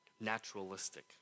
naturalistic